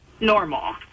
normal